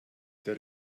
der